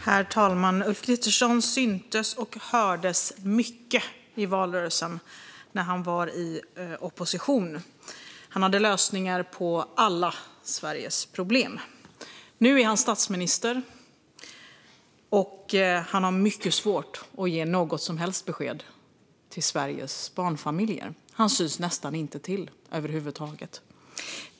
Herr talman! Ulf Kristersson syntes och hördes mycket i valrörelsen när han var i opposition. Han hade lösningar på alla Sveriges problem. Nu är han statsminister, och han har mycket svårt att ge något som helst besked till Sveriges barnfamiljer. Han syns nästan inte till över huvud taget.